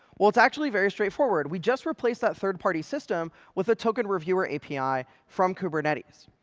well, it's actually very straightforward. we just replace that third-party system with a token reviewer api from kubernetes.